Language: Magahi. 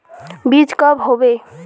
बीज कब होबे?